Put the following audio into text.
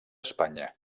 espanya